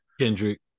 Kendrick